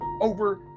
over